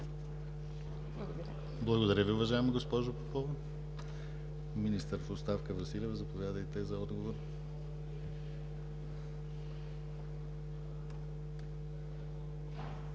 Благодаря Ви, уважаема госпожо Попова. Министър в оставка Василева, заповядайте за отговор.